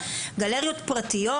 גלריות פרטיות,